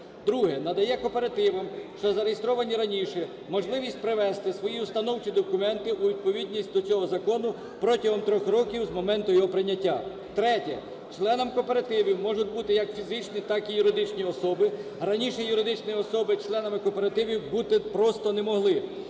Друге. Надає кооперативам, що зареєстровані раніше, можливість привести свої установчі документи у відповідність до цього закону протягом 3 років з моменту його прийняття. Третє. Членами кооперативів можуть бути як фізичні, так і юридичні особи. Раніше юридичні особи членами кооперативів бути просто не могли.